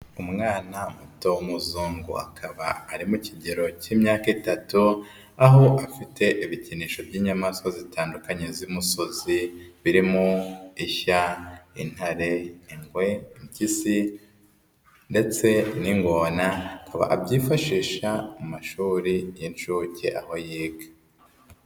Umwana muto w'umuzungu akaba ari mu kigero k'imyaka, itatu aho afite ibikinisho by'inyamaswa zitandukanye z'imusozi birimo; ishya, intare, ingwe, impyisi, ndetse n'ingona, akaba abyifashisha mu mashuri y'inshuke aho yiga.